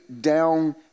down